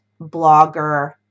blogger